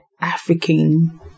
African